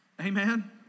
Amen